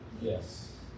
Yes